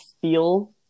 feel